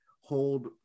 hold